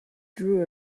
drew